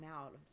out